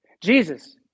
Jesus